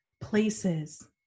places